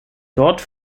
dort